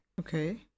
Okay